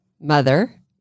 mother